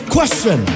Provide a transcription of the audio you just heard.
Question